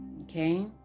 okay